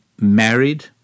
married